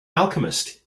alchemist